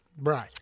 right